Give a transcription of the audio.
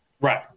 Right